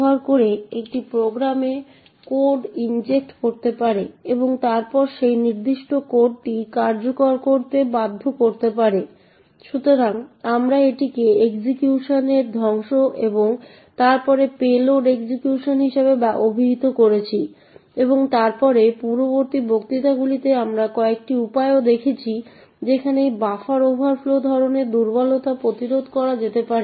সুতরাং এই জিনিসটির কোডগুলি ভার্চুয়াল বক্সে উপলব্ধ যা এই নির্দিষ্ট কোর্সের সাথে আসে সুতরাং আপনি এই নির্দিষ্ট ডিরেক্টরি NPTEL Codesmodule6 এ ভার্চুয়াল বক্স ডাউনলোড করতে পারেন